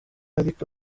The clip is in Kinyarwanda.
ariko